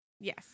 Yes